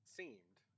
seemed